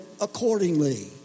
accordingly